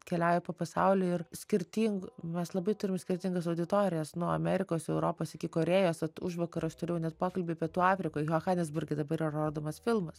keliauja po pasaulį ir skirtingu mes labai turim skirtingas auditorijas nuo amerikos europos iki korėjos vat užvakar aš turėjau net pokalbį pietų afrikoj johanesburge dabar yra rodomas filmas